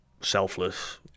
selfless